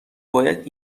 باید